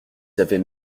avaient